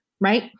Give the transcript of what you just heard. right